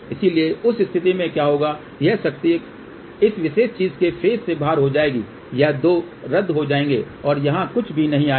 इसलिए उस स्थिति में क्या होगा यह शक्ति इस विशेष चीज के फेज़ से बाहर हो जाएगी ये 2 रद्द हो जाएंगे और यहां कुछ भी नहीं आयेगा